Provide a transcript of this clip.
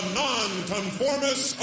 non-conformist